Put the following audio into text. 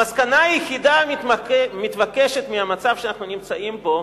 המסקנה היחידה המתבקשת מהמצב שאנחנו נמצאים בו,